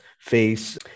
face